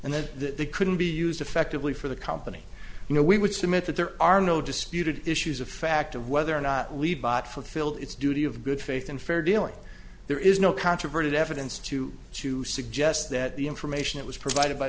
and then that they couldn't be used effectively for the company you know we would submit that there are no disputed issues of fact of whether or not lead bought fulfilled its duty of good faith and fair dealing there is no controverted evidence to to suggest that the information that was provided by